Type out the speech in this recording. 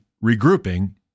regrouping